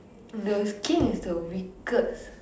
the King is the weakest